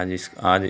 आज इस आज